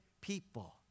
people